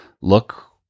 look